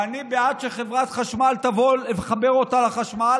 ואני בעד שחברת חשמל תבוא ותחבר אותה לחשמל,